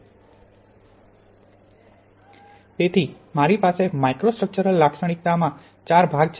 તેથી મારી પાસે માઇક્રોસ્ટ્રક્ચરલ લાક્ષણિકતા માં ચાર ભાગ છે